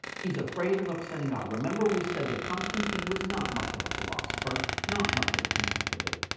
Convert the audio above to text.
he's afraid of upsetting god. remember, we said that constantine was not much of a philosopher, not much of a contemplative.